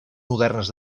modernes